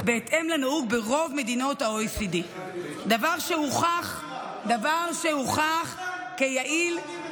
בהתאם לנהוג ברוב מדינות ה-OECD, דבר שהוכח כיעיל,